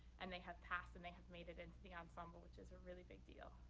and they have passed, and they have made it into the ensemble, which is a really big deal.